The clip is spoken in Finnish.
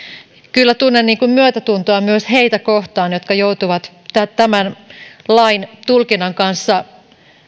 kyllä tunnen myötätuntoa myös heitä kohtaan jotka joutuvat tämän lain tulkinnan kanssa